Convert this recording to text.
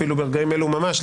אפילו ברגעים אלו ממש.